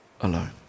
alone